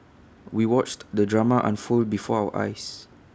we watched the drama unfold before our eyes